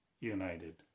United